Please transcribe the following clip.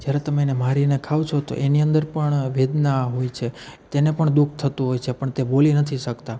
જ્યારે તમે એને મારીને ખાઓ છો તો એની અંદર પણ વેદના હોય છે તેને પણ દુ ખ થતું હોય છે પણ તે બોલી નથી શકતાં